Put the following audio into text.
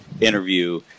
interview